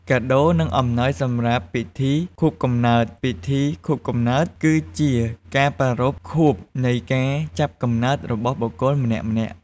កាដូ និងអំណោយសម្រាប់ពិធីខួបកំណើតពិធីខួបកំណើត គឺជាការប្រារព្ធខួបនៃការចាប់កំណើតរបស់បុគ្គលម្នាក់ៗ។